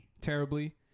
terribly